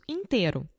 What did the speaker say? inteiro